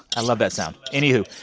i love that sound. any who,